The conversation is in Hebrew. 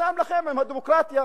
ויבושם לכם עם הדמוקרטיה,